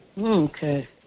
Okay